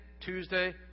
Tuesday